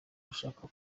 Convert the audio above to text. ushaka